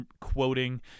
quoting